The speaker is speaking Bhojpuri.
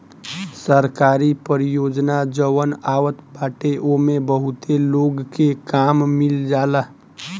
सरकारी परियोजना जवन आवत बाटे ओमे बहुते लोग के काम मिल जाला